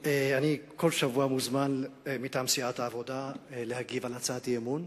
כל שבוע אני מוזמן מטעם סיעת העבודה להגיב על הצעת אי-אמון.